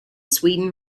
sweden